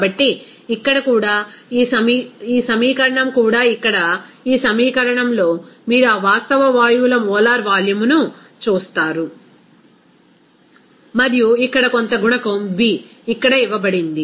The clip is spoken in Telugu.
కాబట్టి ఇక్కడ కూడా ఈ సమీకరణం కూడా ఇక్కడ ఈ సమీకరణంలో మీరు ఆ వాస్తవ వాయువుల మోలార్ వాల్యూమ్ను చూస్తారు మరియు ఇక్కడ కొంత గుణకం b ఇక్కడ ఇవ్వబడింది